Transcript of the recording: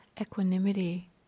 equanimity